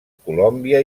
colòmbia